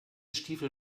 stiefel